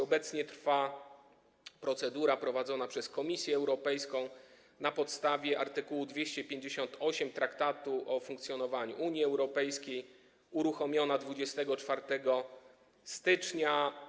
Obecnie trwa procedura prowadzona przez Komisję Europejską na podstawie art. 258 Traktatu o funkcjonowaniu Unii Europejskiej, uruchomiona 24 stycznia.